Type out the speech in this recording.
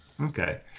Okay